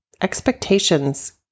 Expectations